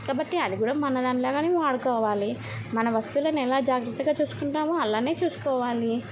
కాబట్టి అది కూడా మనదానిలాగానే వాడుకోవాలి మన వస్తువులను ఎలా జాగ్రత్తగా చూసుకుంటామో అలానే చూసుకోవాలి